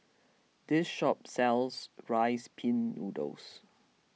this shop sells Rice Pin Noodles